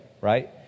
right